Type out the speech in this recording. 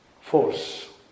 force